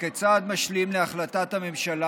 וכצעד משלים להחלטת הממשלה,